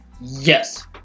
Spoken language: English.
Yes